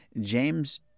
James